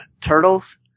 turtles